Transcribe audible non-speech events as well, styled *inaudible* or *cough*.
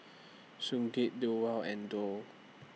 Sigurd *unintelligible* and Dow